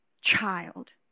child